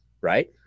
right